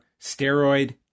steroid